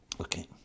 Okay